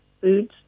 foods